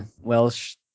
Welsh